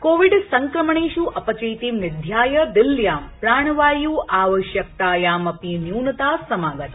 Covid संक्रमणेष् अपचितिं निध्याय दिल्ल्यां प्राणवायु आवश्यकतायामपि न्यूनता समागता